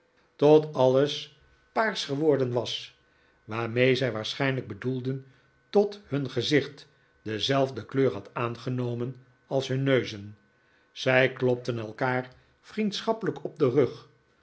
tot alles paars geworden was waarmee zij waarschijnlijk bedoelden tot hun gezicht dezelfde kleur had aangenomen als hun neuzen zij klopten elkaar vriendschappelijk op den rug